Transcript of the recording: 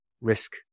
risk